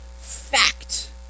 Fact